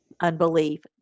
unbelief